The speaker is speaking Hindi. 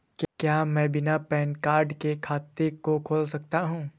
क्या मैं बिना पैन कार्ड के खाते को खोल सकता हूँ?